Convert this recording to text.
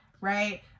right